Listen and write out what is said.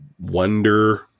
wonder